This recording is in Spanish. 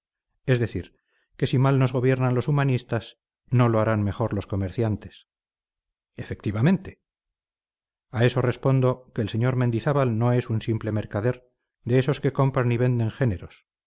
es decir que si mal nos gobiernan los humanistas no lo harán mejor los comerciantes efectivamente a eso respondo que el sr mendizábal no es un simple mercader de esos que compran y venden géneros